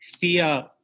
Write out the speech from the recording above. fear